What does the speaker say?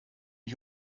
ich